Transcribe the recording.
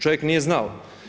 Čovjek nije znao.